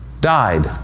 died